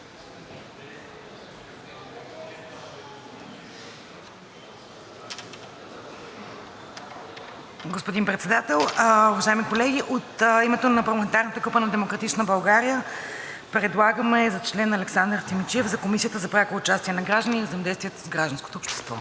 Господин Председател, уважаеми колеги! От името на парламентарната група на „Демократична България“ предлагаме Александър Симидчиев за член на Комисията за прякото участие на гражданите и взаимодействието с гражданското общество.